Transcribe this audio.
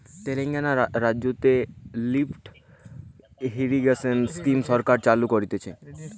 তেলেঙ্গানা রাজ্যতে lift irrigation scheme সরকার চালু করতিছে